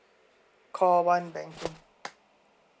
call one banking